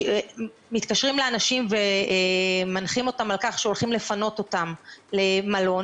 מתקשרים לאנשים ומנחים אותם על כך שהולכים לפנות אותם למלון,